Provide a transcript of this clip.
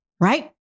right